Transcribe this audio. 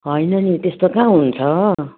होइन नि त्यस्तो कहाँ हुन्छ